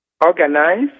organize